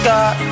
God